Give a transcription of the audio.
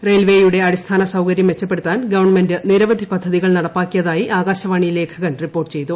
റെയിൽവേയുടെ അടിസ്ഥാന സൌകര്യം മെച്ചപ്പെടുത്താൻ ഗവൺമെന്റ് നിരവധി പദ്ധതികൾ നടപ്പാക്കിയതായി ആകാശവാണി ലേഖകൻ റിപ്പോർട്ടു ചെയ്തു